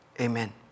Amen